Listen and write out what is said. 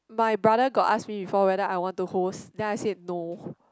my brother got ask me before whether I want to host then I said no